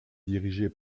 dirigée